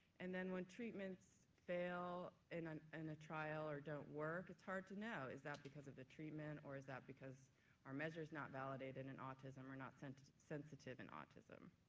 and then when treatments fail in and and a trial or don't work, it's hard to know, is that because of the treatment or is that because our measures are not validated and in autism or not sensitive sensitive in autism.